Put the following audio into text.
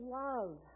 love